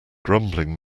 grumbling